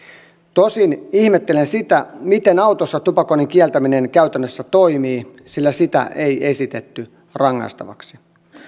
tosin ihmettelen sitä miten autossa tupakoinnin kieltäminen käytännössä toimii sillä sitä ei esitetty rangaistavaksi